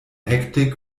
hektik